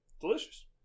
delicious